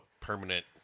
permanent